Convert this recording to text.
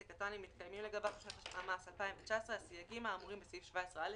לעסק קטן אם מתקיימים לגביו בשנת המס 2019 הסייגים האמורים בסעיף 17א,